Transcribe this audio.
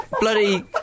Bloody